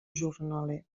jornaler